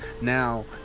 Now